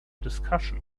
discussion